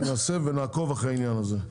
ונעקוב אחרי העניין הזה.